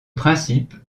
principe